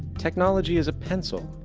technology is a pencil,